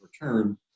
return